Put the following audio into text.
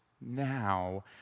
now